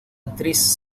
actriz